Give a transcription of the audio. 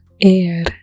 air